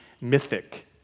mythic